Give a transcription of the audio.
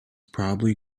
probably